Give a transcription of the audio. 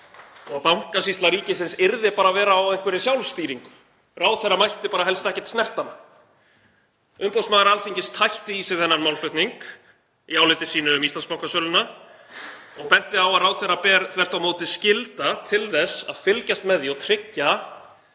og Bankasýsla ríkisins yrði bara að vera á einhverri sjálfstýringu, ráðherra mætti helst ekkert snerta hana. Umboðsmaður Alþingis tætti í sig þennan málflutning í áliti sínu um Íslandsbankasöluna og benti á að ráðherra ber þvert á móti skylda til þess að fylgjast með og tryggja